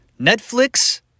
Netflix